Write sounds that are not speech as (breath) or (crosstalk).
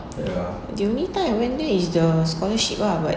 (breath) the only time I went there is the scholarship lah but